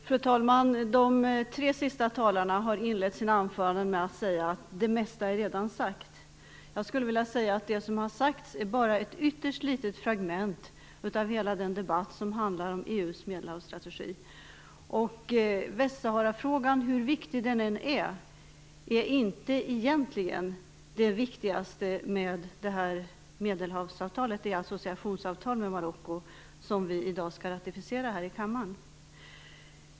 Fru talman! De tre senaste talarna har inlett sina anföranden med att säga att det mesta redan är sagt. Jag skulle vilja säga att det som har sagts bara är ett ytterst litet fragment av hela den debatt som handlar om EU:s Medelhavsstrategi. Västsaharafrågan är, hur viktig den än är, egentligen inte det viktigaste med det associationsavtal med Marocko som vi skall ratificera här i kammaren i dag.